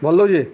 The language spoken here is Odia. ଭଲ୍ ଦଉଛେ